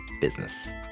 business